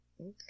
Okay